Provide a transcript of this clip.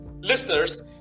listeners